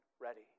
ready